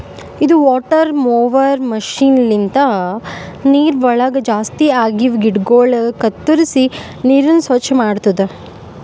ಇದು water mower machine ಲಿಂತ ನೀರವಳಗ್ ಜಾಸ್ತಿ ಆಗಿವ ಗಿಡಗೊಳ ಕತ್ತುರಿಸಿ ನೀರನ್ನ ಸ್ವಚ್ಚ ಮಾಡ್ತುದ